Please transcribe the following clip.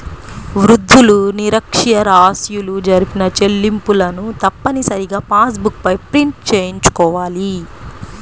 వృద్ధులు, నిరక్ష్యరాస్యులు జరిపిన చెల్లింపులను తప్పనిసరిగా పాస్ బుక్ పైన ప్రింట్ చేయించుకోవాలి